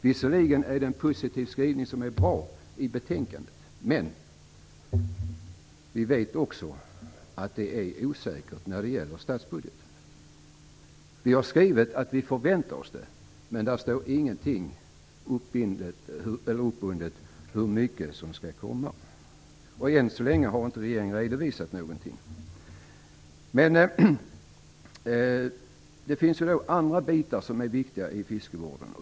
Visserligen är det en bra och positiv skrivning i betänkandet, men vi vet också att det är osäkert när det gäller statsbudgeten. Vi har skrivit att vi förväntar oss detta, men hur mycket som skall komma är inte uppbundet. Än så länge har inte regeringen redovisat någonting. Men det finns andra saker som är viktiga i fiskevården.